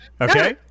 Okay